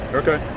okay